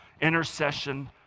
intercession